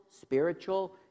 spiritual